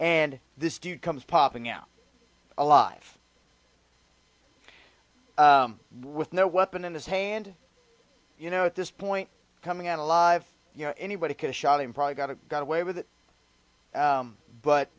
and this dude comes popping out alive with no weapon in his hand you know at this point coming out alive you know anybody could have shot him probably got a got away with it